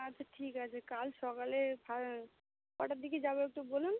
আচ্ছা ঠিক আছে কাল সকালে সা কটার দিকে যাবো একটু বলুন